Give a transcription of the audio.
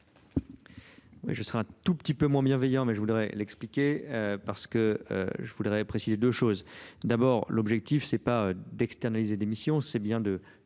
Je serai un tout petit peu moins bienveillant mais je voudrais l'expliquer parce que je voudrais préciser deux choses d'abord, l'objectif n'est pas d'externaliser des missions, c'est bien de